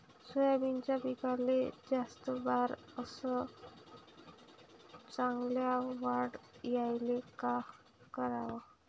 सोयाबीनच्या पिकाले जास्त बार अस चांगल्या वाढ यायले का कराव?